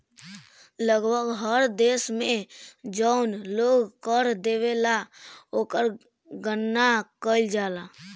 लगभग हर देश में जौन लोग कर देवेला ओकर गणना कईल जाला